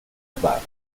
sbarra